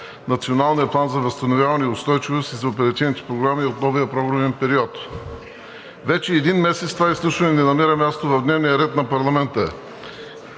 Националния план за възстановяване и устойчивост и за оперативните програми от новия програмен период. Вече един месец това изслушване не намира място в дневния ред на Народното